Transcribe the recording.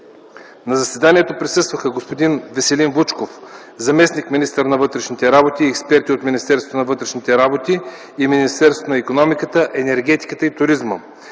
На заседанието присъстваха господин Веселин Вучков – заместник-министър на вътрешните работи, и експерти от Министерството на вътрешните работи и Министерството на икономиката, енергетиката и туризма.